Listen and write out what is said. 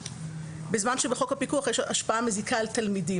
בזמן שבחוק הפיקוח יש השפעה מזיקה על תלמידים.